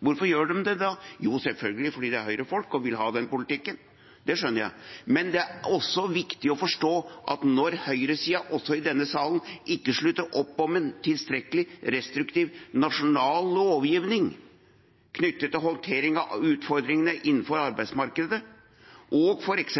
Hvorfor gjør de det da? Jo, det er selvfølgelig fordi det er Høyre-folk, og de vil ha den politikken – det skjønner jeg. Men det er også viktig å forstå at når høyresiden – også i denne salen – ikke slutter opp om en tilstrekkelig restriktiv nasjonal lovgivning knyttet til håndtering av utfordringene innenfor arbeidsmarkedet, og f.eks.